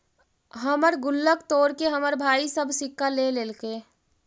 हमर गुल्लक तोड़के हमर भाई सब सिक्का ले लेलके